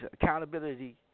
accountability